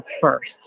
first